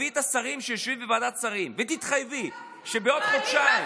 תביאי את השרים שיושבים בוועדת שרים ותתחייבי שבעוד חודשיים,